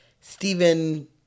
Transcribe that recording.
Stephen